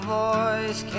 voice